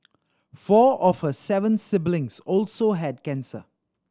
four of her seven siblings also had cancer